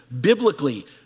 biblically